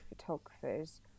photographers